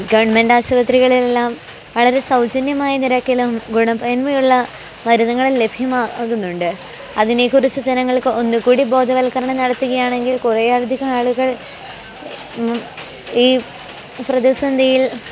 ഗവൺമെൻറ്റാശുപത്രികളെല്ലാം വളരെ സൗജന്യമായ നിരക്കിലും ഗുണമേന്മയുള്ള മരുന്നുകളും ലഭ്യമാകുന്നുണ്ട് അതിനെ കുറിച്ച് ജനങ്ങൾക്ക് ഒന്നുകൂടി ബോധവൽക്കരണം നടത്തുകയാണെങ്കിൽ കുറെയധികം ആളുകൾ ഈ പ്രതിസന്ധിയിൽ